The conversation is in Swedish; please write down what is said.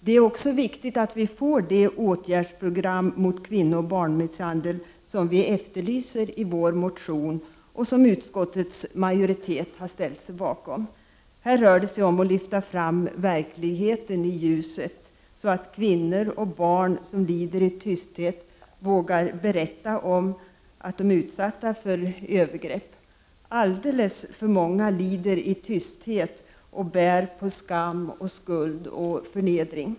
Det är också viktigt att vi får det åtgärdsprogram mot kvinnooch barnmisshandel som vi efterlyser i vår motion och som utskottets majoritet har ställt sig bakom. Här rör det sig om att lyfta fram verkligheten i ljuset, så att kvinnor och barn som lider i tysthet vågar berätta att de är utsatta för övergrepp. Alldeles för många lider i tysthet och bär på skam, skuld och förnedring.